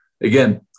Again